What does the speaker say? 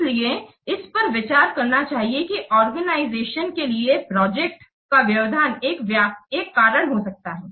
इसलिए इस पर विचार करना चाहिए कि एक ऑर्गेनाइजेशन के लिए प्रोजेक्ट का व्यवधान एक कारण हो सकता है